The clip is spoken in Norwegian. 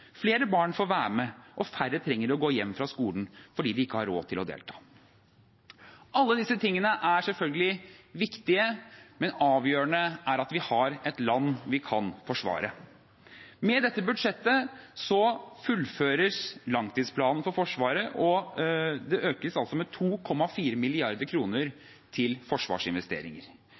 flere barn får delta, flere barn får være med, og færre trenger å gå hjem fra skolen fordi de ikke har råd til å delta. Alle disse tingene er selvfølgelig viktige, men avgjørende er at vi har et land vi kan forsvare. Med dette budsjettet fullføres langtidsplanen for Forsvaret, og forsvarsinvesteringene øker med 2,4